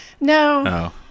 No